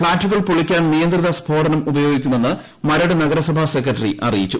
ഫ്ളാറ്റുകൾ പൊളിക്കാൻ നിയന്ത്രിത സ്ഫോടനം ഉപ്പയോഗിക്കുമെന്ന് മരട് നഗരസഭ സെക്രട്ടറി അറിയിച്ചു